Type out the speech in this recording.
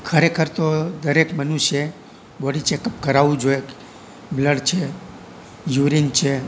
ખરેખર તો દરેક મનુષ્યએ બોડી ચેક અપ કરાવવું જોઈએ બ્લડ છે યુરીન છે